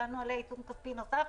הטלנו עליה עיצום כספי נוסף,